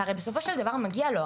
שהרי בסופו של דבר מגיע לו.